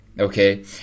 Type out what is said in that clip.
Okay